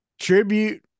Tribute